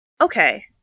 Okay